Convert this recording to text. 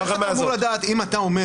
אבל איך אתה אמור לדעת אם אתה אומר,